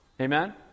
Amen